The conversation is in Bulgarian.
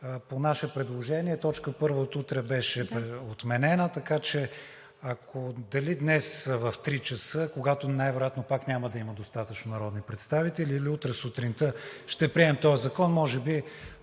по наше предложение т. 1 беше отменена за утре, така че дали днес в 15,00 ч., когато най-вероятно пак няма да има достатъчно народни представители, или утре сутринта ще приемем този закон, може би